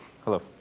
Hello